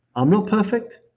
um ah perfect.